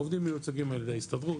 העובדים מיוצגים על ידי ההסתדרות,